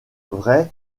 vrai